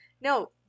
no